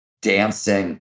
dancing